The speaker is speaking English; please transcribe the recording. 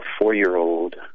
four-year-old